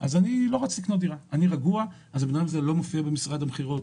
אז הבן אדם הזה לא מופיע במשרד המכירות,